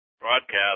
broadcast